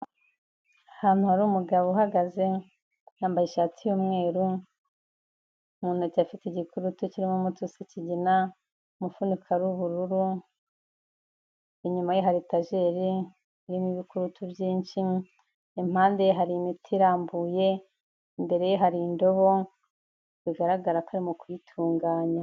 Ahantu hari umugabo uhagaze, yambaye ishati y'umweru, mu ntoki afite igikurutu kirimo umuti usa ikigina, umufuniko ari ubururu, inyuma ye hari etajeri irimo ibikurutu byinshi, impande ye hari imiti irambuye, imbere ye hari indobo, bigaragara ko arimo kuyitunganya.